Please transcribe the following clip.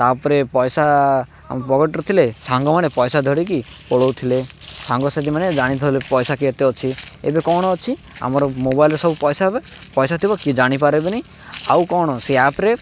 ତା'ପରେ ପଇସା ଆମ ପକେଟ୍ର ଥିଲେ ସାଙ୍ଗମାନେ ପଇସା ଧରିକି ପଳଉ ଥିଲେ ସାଙ୍ଗସାଥି ମାନ ଜାଣିଥିଲେ ପଇସା କି ଏତେ ଅଛି ଏବେ କ'ଣ ଅଛି ଆମର ମୋବାଇଲ୍ରେ ସବୁ ପଇସା ହେବେ ପଇସା ଥିବ କି ଜାଣିପାରିବିନି ଆଉ କ'ଣ ସେ ଆପ୍ରେ